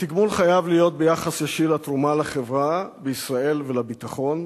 התגמול חייב להיות ביחס ישיר לתרומה לחברה בישראל ולביטחון,